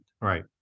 Right